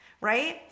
right